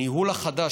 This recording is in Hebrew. הניהול החדש,